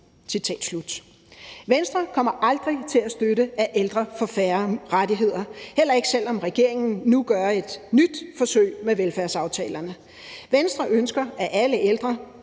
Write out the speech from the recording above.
Venstre kommer aldrig til at støtte, at ældre får færre rettigheder, heller ikke selv om regeringen nu gør et nyt forsøg med velfærdsaftalerne. Venstre ønsker, at alle ældre